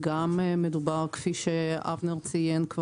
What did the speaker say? כפי שאבנר ציין,